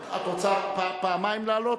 את רוצה פעמיים לעלות,